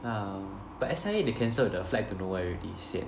ah but S_I_A they cancel the flight to nowhere already sian